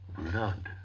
blood